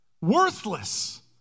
Worthless